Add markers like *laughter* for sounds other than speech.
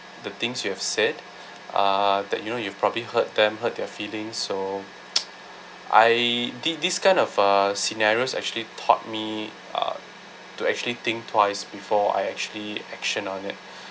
the things you have said uh that you know you've probably hurt them hurt their feelings so *noise* I this this kind of uh scenarios actually taught me uh to actually think twice before I actually action on it